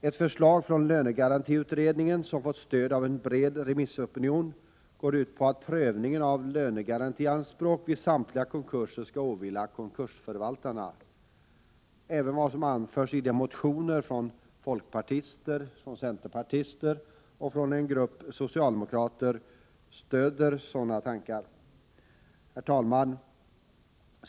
Ett förslag från lönegarantiutredningen, som fått stöd av en bred remissopinion, går ut på att prövningen av lönegarantianspråk vid samtliga konkurser skall åvila konkursförvaltarna. Även vad som har anförts i motionerna från folkpartiet, centern och en grupp socialdemokrater stöder sådana tankar. Herr talman!